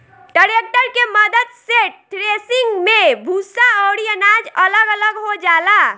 tractor के मद्दत से थ्रेसिंग मे भूसा अउरी अनाज अलग अलग हो जाला